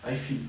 I feel